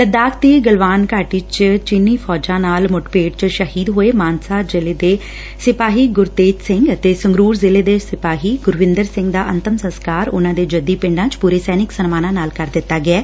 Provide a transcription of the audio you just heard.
ਲੱਦਾਖ ਦੀ ਗਲਵਾਨ ਘਾਟੀ ਚ ਚੀਨੀ ਫੌਜਾਂ ਨਾਲ ਮੁੱਠਭੇਤ ਚ ਸ਼ਹੀਦ ਹੋਏ ਮਾਨਸਾ ਜ਼ਿਲ੍ਹੇ ਦੇ ਸਿਪਾਹੀ ਗੁਰਤੇਜ ਸਿੰਘ ਅਤੇ ਸੰਗਰੁਰ ਜ਼ਿਲੇ ਦੇ ਸਿਪਾਹੀ ਗੁਰਵਿੰਦਰ ਸਿੰਘ ਦਾ ਅੰਤਮ ਸੰਸਕਾਰ ਉਨ੍ਹਾਂ ਦੇ ਜੱਦੀ ਪਿੰਡਾਂ ਚ ਪੁਰੇਂ ਸੈਨਿਕ ਸਨਮਾਨਾਂ ਨਾਲ ਕਰ ਦਿੱਤਾ ਗਿਐ